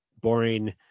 boring